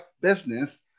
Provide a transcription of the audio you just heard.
business